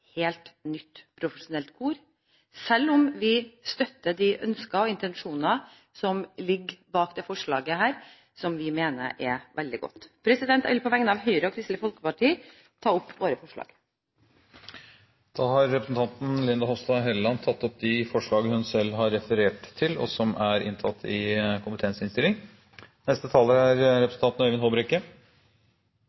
helt nytt profesjonelt kor, selv om vi støtter de ønsker og intensjoner som ligger bak dette forslaget, som vi mener er veldig godt. Jeg vil på vegne av Høyre og Kristelig Folkeparti ta opp de forslagene vi står sammen om. Representanten Linda C. Hofstad Helleland har tatt opp de forslagene hun refererte til. Jeg er glad for at vi får denne anledningen til